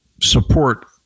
support